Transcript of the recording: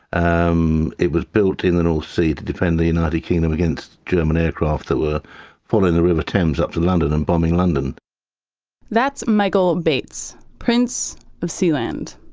um it was built in the north sea to defend the and ah united kingdom against german aircraft that were following the river thames up to london and bombing london that's michael bates, prince of sealand.